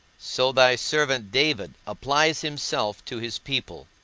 so thy servant david applies himself to his people,